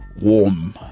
Warm